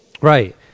Right